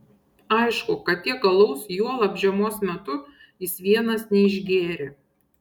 aišku kad tiek alaus juolab žiemos metu jis vienas neišgėrė